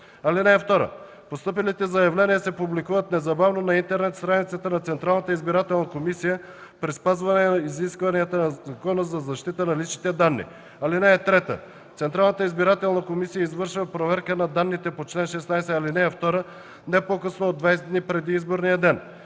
ал. 1. (2) Постъпилите заявления се публикуват незабавно на интернет страницата на Централната избирателна комисия при спазване изискванията на Закона за защита на личните данни. (3) Централната избирателна комисия извършва проверка на данните по чл. 16, ал. 2 не по-късно от 22 дни преди изборния ден.